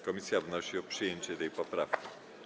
Komisja wnosi o przyjęcie tej poprawki.